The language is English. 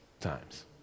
times